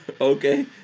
Okay